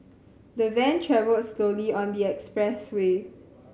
the van travelled slowly on the expressway